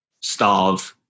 starve